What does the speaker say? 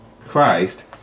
Christ